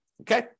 Okay